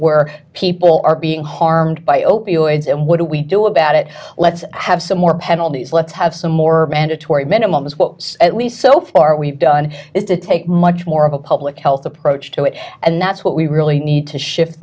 where people are being harmed by opioids and what do we do about it let's have some more penalties let's have some more mandatory minimum is what at least so far we've done is to take much more of a public health approach to it and that's what we really need to shift